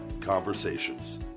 conversations